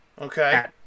Okay